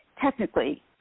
technically